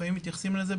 הם לפעמים מתייחסים לזה,